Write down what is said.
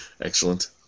Excellent